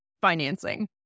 financing